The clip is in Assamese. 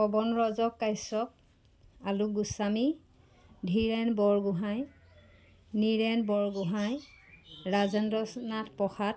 পৱন ৰজক কাশ্যপ আলোক গোস্বামী ধীৰেণ বৰগোহাঁই নিৰেণ বৰগোহাঁই ৰাজেন্দ্ৰনাথ প্ৰসাদ